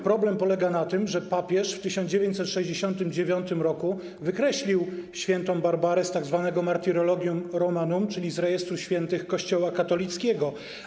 Problem polega na tym, że papież w 1969 r. wykreślił św. Barbarę z tzw. Martyrologium Romanum, czyli z rejestru świętych Kościoła katolickiego.